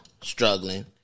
struggling